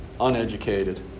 uneducated